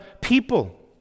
people